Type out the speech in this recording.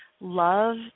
Love